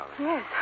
Yes